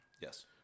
Yes